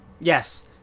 Yes